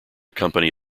company